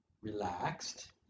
relaxed